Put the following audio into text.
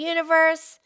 Universe